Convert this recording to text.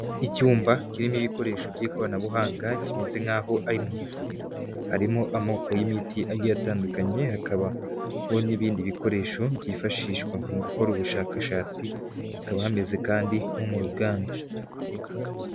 Icyumba kirimo ibikoresho by'ikoranabuhanga kimeze nk'aho ari mu ivuriro, harimo amoko y'imiti agiye atandukanye hakabaho n'ibindi bikoresho byifashishwa mu gukora ubushakashatsi, hakaba hameze kandi nko mu ruganda.